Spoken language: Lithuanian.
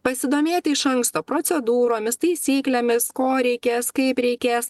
pasidomėti iš anksto procedūromis taisyklėmis ko reikės kaip reikės